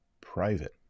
private